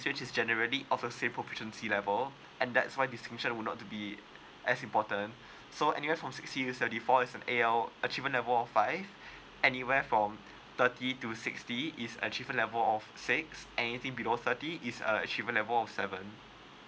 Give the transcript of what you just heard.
which is generally offer say proficiency level and that's why distinction would not to be as important so anywhere from sixty to seventy four is A_L achievement level of five anywhere from thirty to sixty is achievement level of six anything below thirty is uh achievement level of seven